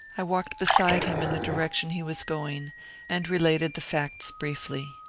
i walked beside him in the direction he was going and related the facts briefly.